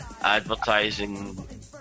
advertising